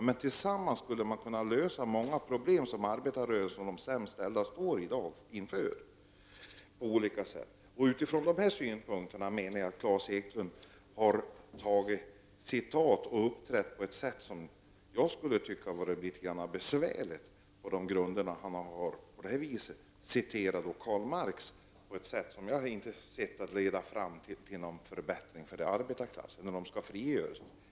Men tillsammans skulle man kunna lösa många problem, som arbetarklassen och de sämst ställda i dag står inför på olika sätt. Med dessa utgångspunkter anser jag att Klas Eklund använt citat och uppträtt på ett sätt som jag tycker skulle vara litet besvärande för finansministern. Hans sätt att citera Karl Marx kan, såvitt jag förstår, inte leda fram till någon förbättring för arbetarklassen eller dess frigörelse.